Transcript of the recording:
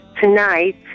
tonight